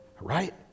Right